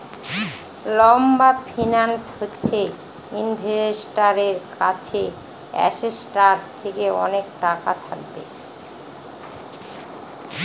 লম্বা ফিন্যান্স হচ্ছে ইনভেস্টারের কাছে অ্যাসেটটার থেকে অনেক টাকা থাকবে